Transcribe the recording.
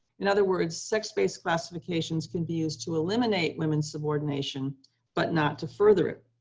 in other words, sex-based classifications can be used to eliminate women's subordination but not to further it.